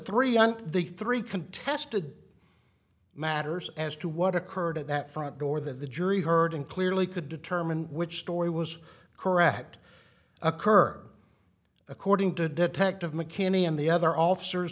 the three contested matters as to what occurred at that front door that the jury heard and clearly could determine which story was correct occur according to detective mckinney and the other officers